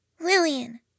Lillian